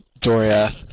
Doria